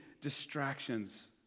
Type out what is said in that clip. distractions